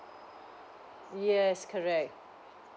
yes correct